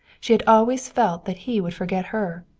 she had always felt that he would forget her.